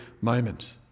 moment